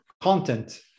content